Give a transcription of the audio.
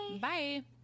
bye